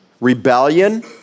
rebellion